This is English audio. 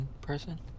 person